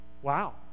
Wow